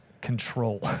control